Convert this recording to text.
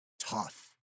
tough